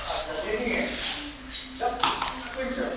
अच्छा लेनी है दस दस क्विन्टल